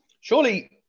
Surely